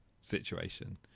situation